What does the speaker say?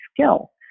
skill